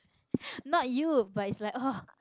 not you but it's like [wah]